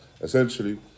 Essentially